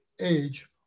age